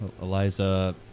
Eliza